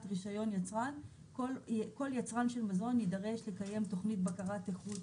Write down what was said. רישיון יצואן כל יצרן של מזון יידרש לקיים תוכנית בקרת איכות